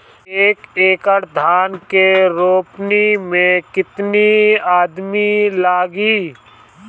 एक एकड़ धान के रोपनी मै कितनी आदमी लगीह?